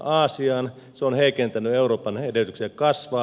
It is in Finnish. se on heikentänyt euroopan edellytyksiä kasvaa